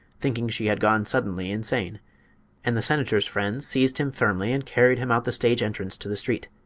thinking she had gone suddenly insane and the senator's friends seized him firmly and carried him out the stage entrance to the street,